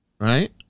right